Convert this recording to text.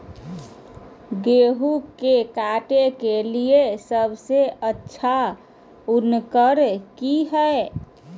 गेहूं के काटे के लिए सबसे अच्छा उकरन की है?